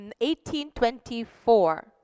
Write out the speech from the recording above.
1824